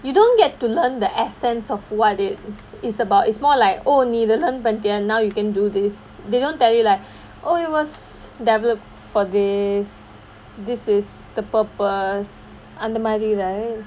you don't get to learn the essence of what it is about it's more like oh நீ:nee பண்ணிடய:pannitaya now you can do this they don't tell you like oh it was developed for this this is the purpose அந்த மாதிரி:antha maathiri right